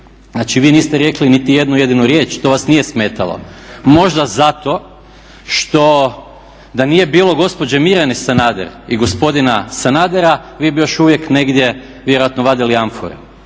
Znači vi niste rekli niti jednu jedinu riječ, to vas nije smetalo. Možda zato što da nije bilo gospođe Mirjane Sanader i gospodina Sanadera vi bi još uvijek negdje vjerojatno vadili amfore.